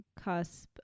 cusp